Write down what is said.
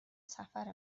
سفر